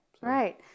right